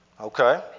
Okay